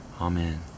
Amen